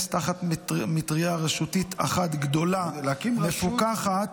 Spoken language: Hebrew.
תחת מטרייה רשותית אחת גדולה ומפוקחת.